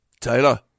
taylor